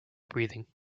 breathing